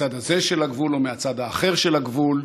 מהצד הזה של הגבול או מהצד האחר של הגבול,